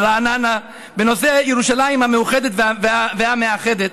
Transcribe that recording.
בנושא ירושלים המאוחדת והמאחדת,